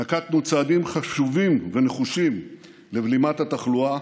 נקטנו צעדים חשובים ונחושים לבלימת התחלואה,